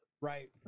right